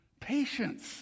Patience